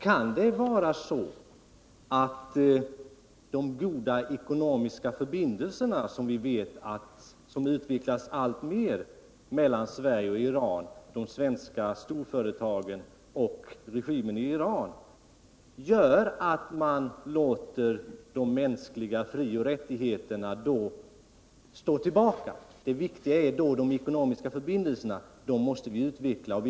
Kan det vara så att det är de goda ekonomiska förbindelserna mellän Sverige och Iran, mellan de svenska storföretagen och regimen i Iran, som gör att man låter frågan om de mänskliga fri och rättigheterna i detta fall stå tillbaka och att det viktiga i det här sammanhanget är att utveckla de ekonomiska förbindelserna?